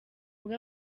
bwo